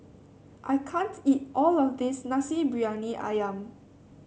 I can't eat all of this Nasi Briyani ayam